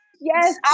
Yes